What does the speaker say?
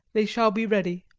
they shall be ready.